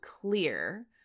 clear